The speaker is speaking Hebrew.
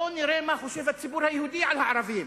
בואו נראה מה חושב הציבור היהודי על הערבים.